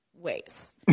ways